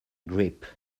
grip